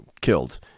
killed